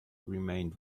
remained